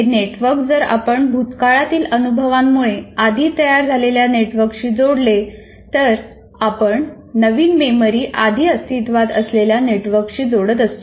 हे नेटवर्क जर आपण भूतकाळातील अनुभवांमुळे आधी तयार झालेल्या नेटवर्कशी जोडले तर आपण नवीन मेमरी आधी अस्तित्वात असलेल्या नेटवर्कशी जोडत असतो